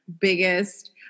biggest